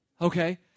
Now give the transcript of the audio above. okay